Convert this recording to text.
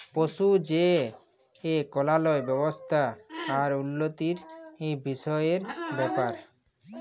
পশু যে কল্যাল ব্যাবস্থা আর উল্লতির বিষয়ের ব্যাপার